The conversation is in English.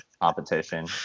competition